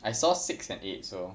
I saw six and eight so